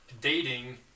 dating